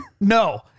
No